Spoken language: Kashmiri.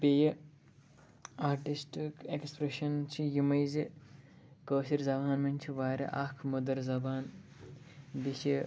بیٚیہِ آرٹِسٹِک ایٚکٕسپرٛیٚشَن چھِ یِمَے زِ کٲشِر زَبانہِ منٛز چھِ واریاہ اَکھ مٔدٕر زَبان بیٚیہِ چھِ